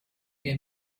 wir